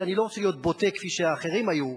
ואני לא רוצה להיות בוטה כפי שהאחרים היו,